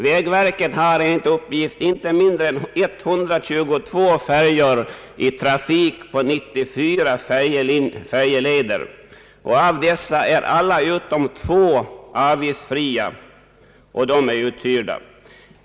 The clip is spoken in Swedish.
Vägverket har enligt uppgift inte mindre än 122 färjor i trafik på 94 färjeleder. Av dessa är alla utom två avgiftsfria — och de är uthyrda.